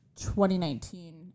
2019